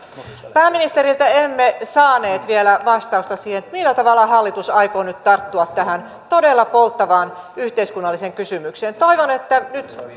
pääministeriltä emme saaneet vielä vastausta siihen millä tavalla hallitus aikoo nyt tarttua tähän todella polttavaan yhteiskunnalliseen kysymykseen toivon että nyt